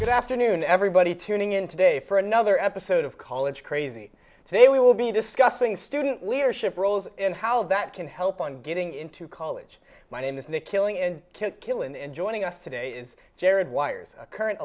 good afternoon everybody tuning in to day for another episode of college crazy day we will be discussing student leadership roles and how that can help on getting into college my name is nick killing in kill kill and joining us today is jared wires a current